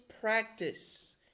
practice